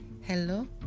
Hello